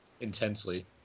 intensely